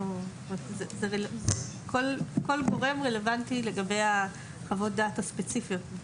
כל גורם רלוונטי לגבי חוות הדעת הספציפיות.